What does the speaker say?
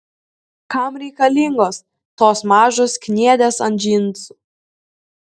kam reikalingos tos mažos kniedės ant džinsų